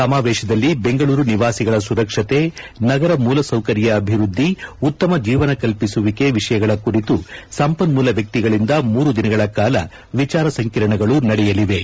ಸಮಾವೇಶದಲ್ಲಿ ದೆಂಗಳೂರು ನಿವಾಸಿಗಳ ಸುರಕ್ಷತೆ ನಗರ ಮೂಲಸೌಕರ್ಯ ಅಭಿವೃದ್ಧಿ ಉತ್ತಮ ಜೀವನ ಕಲ್ಪಿಸುವಿಕೆ ವಿಷಯಗಳ ಕುರಿತು ಸಂಪನ್ನೂಲ ವ್ಯಕ್ತಿಗಳಿಂದ ಮೂರು ದಿನಗಳ ಕಾಲ ವಿಚಾರ ಸಂಕರಣಗಳು ನಡೆಯಲಿವೆ